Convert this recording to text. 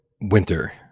winter